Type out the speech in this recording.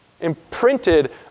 imprinted